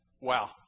Wow